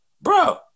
Bro